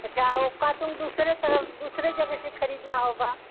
अच्छा वह कार्टून दूसरे तरफ दूसरे जगह से ख़रीदना होगा